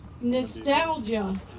Nostalgia